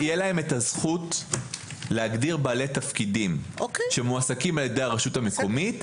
תהיה להם את הזכות להגדיר בעלי תפקידים שמועסקים על ידי הרשות המקומיות,